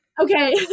okay